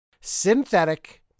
Synthetic